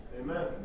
Amen